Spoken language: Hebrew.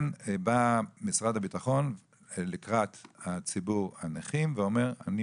משרד הביטחון בא לקראת ציבור הנכים ואומר: אני